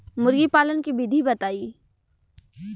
मुर्गीपालन के विधी बताई?